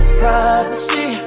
privacy